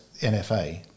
NFA